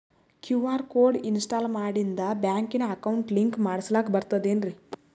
QR code install ಮಾಡಿಂದ ಬ್ಯಾಂಕಿನ account link ಮಾಡಸ್ಲಾಕ ಬರ್ತದೇನ್ರಿ